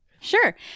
Sure